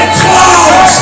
close